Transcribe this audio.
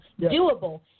doable